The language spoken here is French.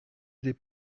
des